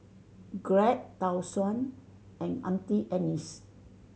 Glad Tai Sun and Auntie Anne's